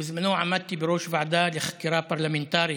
בזמנו עמדתי בראש ועדת חקירה פרלמנטרית.